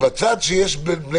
בזמנו